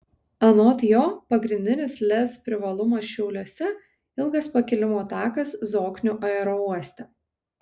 anot jo pagrindinis lez privalumas šiauliuose ilgas pakilimo takas zoknių aerouoste